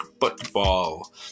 football